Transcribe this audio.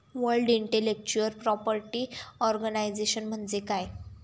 World intellectual property organisation म्हणजे काय?